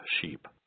sheep